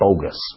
bogus